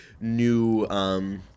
new